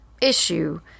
Issue